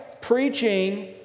preaching